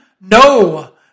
no